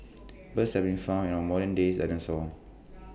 birds have been found an our modern day dinosaurs